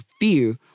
fear